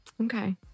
Okay